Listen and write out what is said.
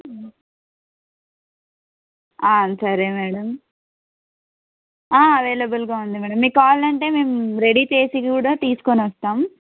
సరే మేడం అవైలబుల్గా ఉంది మేడం మీకు కావాలంటే మేము రెడీ చేసి కూడా తీసుకొని వస్తాం